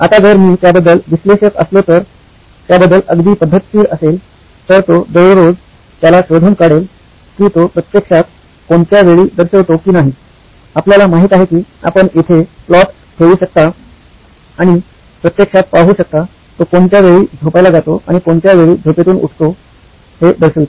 आता जर मी त्याबद्दल विश्लेषक असलो तर त्याबद्दल अगदी पद्धतशीर असेल तर तो दररोज त्याला शोधून काढेल की तो प्रत्यक्षात कोणत्या वेळी दर्शवितो की नाही आपल्याला माहित आहे की आपण येथे प्लॉट ठेवू शकता आणि प्रत्यक्षात पाहू शकता तो कोणत्या वेळी झोपायला जातो आणि कोणत्या वेळी झोपेतून उठतो हे दर्शवितो